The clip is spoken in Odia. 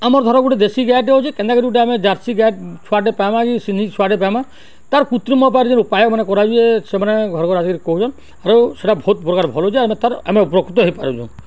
ଆମର ଧର ଗୋଟେ ଦେଶୀ ଗାଈଟେ ଅଛି କେନ୍ତାକରି ଗୋଟେ ଆମେ ଜର୍ସିି ଗାଈ ଛୁଆଟେ ପାଇମା କି ସିନ୍ଧି ଛୁଆଟେ ପାଇମା ତା'ର କୃତ୍ରିମ ଉପାୟରେ ଯେ ଉପାୟ ମାନେ କରାହୁଏ ସେମାନେ ଘର କରି ଆସିକରି କହୁଛନ୍ ଆରୁ ସେଇଟା ବହୁତ ପ୍ରକାର ଭଲହଉଛେ ଆମେ ତା'ର ଆମେ ଉପକୃତ ହେଇପାରୁଛୁ